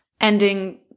ending